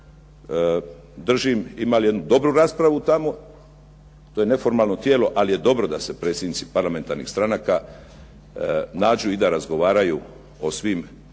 držim, imali jednu dobru raspravu tamo. To je neformalno tijelo, ali je dobro da se predsjednici parlamentarnih stranaka nađu i razgovaraju o svim